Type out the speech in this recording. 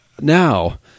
now